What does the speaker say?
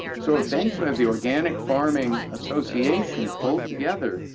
so eventually, the organic farming association pulled together,